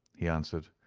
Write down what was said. he answered.